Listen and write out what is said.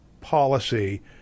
policy